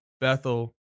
Bethel